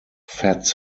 fats